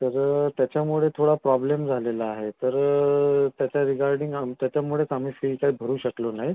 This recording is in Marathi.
तर त्याच्यामुळे थोडा प्रॉब्लेम झालेला आहे तर त्याच्या रिगार्डिंग आम त्याच्यामुळेच आम्ही फी काही भरू शकलो नाही